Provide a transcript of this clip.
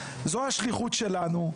זו השליחות שלנו,